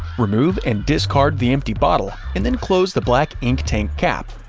remove and discard the empty bottle, and then close the black ink tank cap.